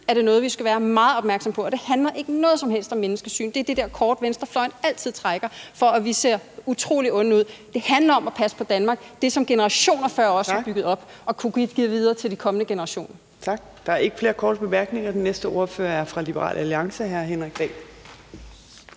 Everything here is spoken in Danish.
er det noget, vi skal være meget opmærksomme på. Og det har ikke noget som helst at gøre med menneskesyn; det er det der kort, venstrefløjen altid trækker, for at vi ser utrolig onde ud. Det handler om at passe på Danmark, det, som generationer før os har bygget op, og at kunne give det videre til de kommende generationer. Kl. 14:39 Fjerde næstformand (Trine Torp): Tak. Der er ikke flere korte bemærkninger. Den næste ordfører er hr. Henrik Dahl